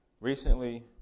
Recently